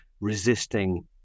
resisting